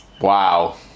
Wow